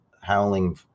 Howling